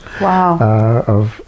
Wow